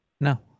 No